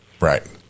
Right